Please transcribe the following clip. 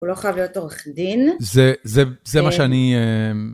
הוא לא חייב להיות עורך דין. זה מה שאני...